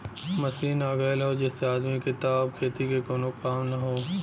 machine आ गयल हौ जेसे आदमी के त अब खेती में कउनो काम ना हौ